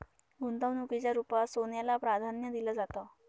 गुंतवणुकीच्या रुपात सोन्याला प्राधान्य दिलं जातं